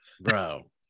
bro